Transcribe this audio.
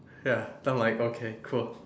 ya I'm like okay cool